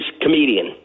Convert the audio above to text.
comedian